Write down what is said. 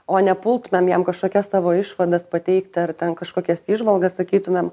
o nepultumėm jam kažkokias savo išvadas pateikti ar ten kažkokias įžvalgas sakytumėm